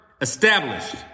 established